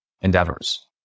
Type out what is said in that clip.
endeavors